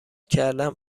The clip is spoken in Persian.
کردم